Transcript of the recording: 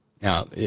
Now